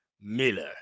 Miller